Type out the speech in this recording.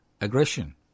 aggression